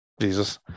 Jesus